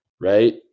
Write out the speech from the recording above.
right